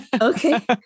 Okay